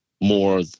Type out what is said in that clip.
more